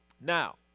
Now